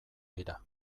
dira